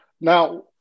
now